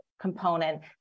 component